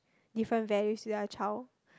different values to their child